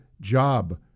job